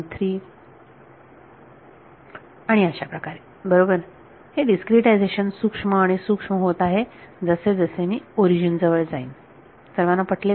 3 आणि अशाप्रकारे बरोबर हे डीस्क्रीटायझेशन सूक्ष्म आणि सूक्ष्म होत आहे जसे जसे मी ओरिजन जवळ जाईन सर्वांना हे पटले का